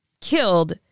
killed